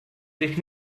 sich